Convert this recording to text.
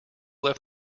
left